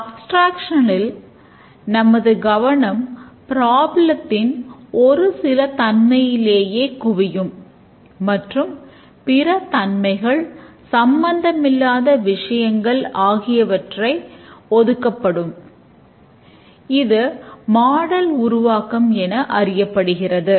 abstraction உருவாக்கம் என அறியப்படுகிறது